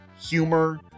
humor